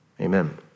Amen